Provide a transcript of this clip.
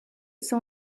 saw